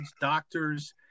doctors